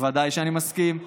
ודאי שאני מסכים,